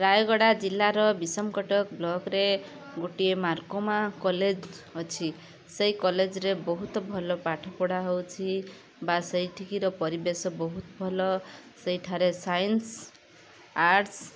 ରାୟଗଡ଼ା ଜିଲ୍ଲାର ବିଷମକଟକ ବ୍ଲକ୍ରେ ଗୋଟିଏ ମାର୍କମା କଲେଜ ଅଛି ସେଇ କଲେଜରେ ବହୁତ ଭଲ ପାଠପଢ଼ା ହେଉଛି ବା ସେଇଠିକାର ପରିବେଶ ବହୁତ ଭଲ ସେଇଠାରେ ସାଇନ୍ସ୍ ଆର୍ଟ୍ସ୍